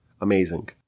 amazing